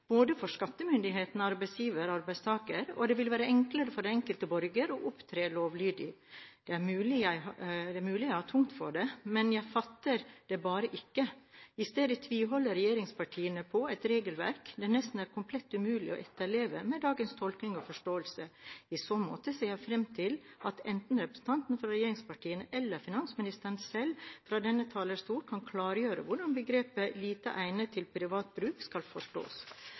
både for skattemyndighetene, arbeidsgiver og arbeidstaker, og det vil være enklere for den enkelte borger å opptre lovlydig. Det er mulig jeg har tungt for det, men jeg fatter det bare ikke. I stedet tviholder regjeringspartiene på et regelverk det nesten er komplett umulig å etterleve med dagens tolkning og forståelse. I så måte ser jeg fram til at enten representanter fra regjeringspartiene eller finansministeren selv fra denne talerstol kan klargjøre hvordan begrepet «lite egnet» til privat bruk skal forstås.